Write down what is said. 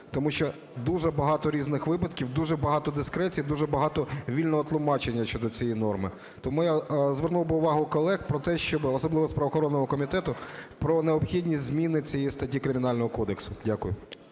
Тому що дуже багато різних випадків, дуже багато дискреції, дуже багато вільного тлумачення щодо цієї норми. Тому я звернув би увагу колег, особливо з правоохоронного комітету, про необхідність зміни цієї статті Кримінального кодексу. Дякую.